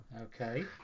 Okay